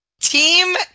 Team